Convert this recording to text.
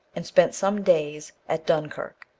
and spent some days at dunkirk.